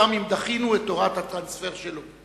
גם אם דחינו את תורת ה"טרנספר" שלו.